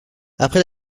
après